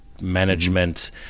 management